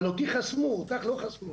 אבל אותי חסמו, אותך לא חסמו.